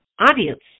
audience